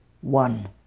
One